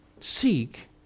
seek